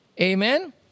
amen